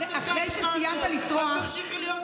בועז, אחרי שסיימת לצרוח, תמשיכי להיות צבועה.